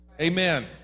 Amen